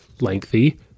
lengthy